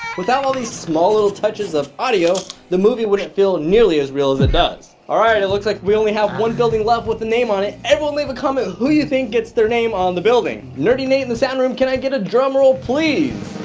without all these small little touches of audio the movie wouldn't feel nearly as real as it does. alright it looks like we only have one building left with a name on it, everyone leave a comment, who do you think gets their name on the building? nerdy nate in the sound room, can i get a drum roll please?